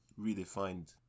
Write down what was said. redefined